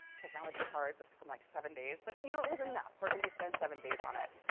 technology's hard, so it took him like seven days. but you know it was enough for him to spend seven days on it.